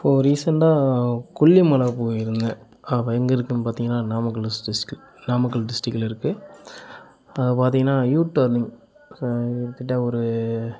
இப்போது ரீசண்டாக கொல்லிமலை போயிருந்தேன் அப்போ எங்கே இருக்குன்னு பார்த்திங்கனா நாமக்கல் நாமக்கல் டிஸ்டிர்க்கில் இருக்குது பார்த்திங்கனா யூடர்னிங் கிட்ட ஒரு